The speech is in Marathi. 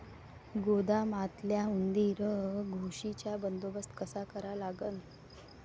गोदामातल्या उंदीर, घुशीचा बंदोबस्त कसा करा लागन?